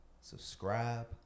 subscribe